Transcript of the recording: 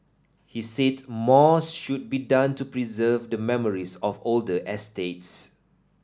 he said more should be done to preserve the memories of older estates